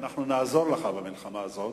ואנחנו נעזור לך במלחמה הזאת.